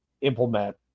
implement